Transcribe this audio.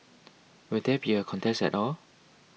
will there be a contest at all